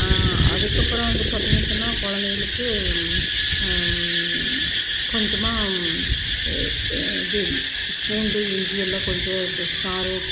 அதுக்கப்பறம் வந்து பார்த்தீங்கன் சொன்னால் குழந்தைகளுக்கு கொஞ்சமாக இது பூண்டு இஞ்சி எல்லாம் கொஞ்சம் சாறு